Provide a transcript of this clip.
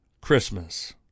Christmas